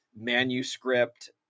manuscript